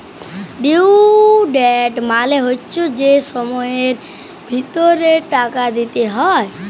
due date মালে হচ্যে যে সময়ের ভিতরে টাকা দিতে হ্যয়